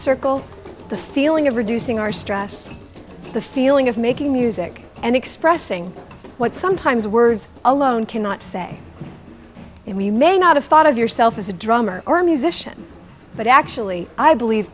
circle the feeling of reducing our stress the feeling of making music and expressing what sometimes words alone cannot say and we may not have thought of yourself as a drummer or a musician but actually i believe